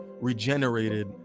regenerated